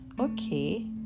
okay